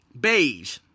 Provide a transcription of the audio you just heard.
beige